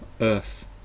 earth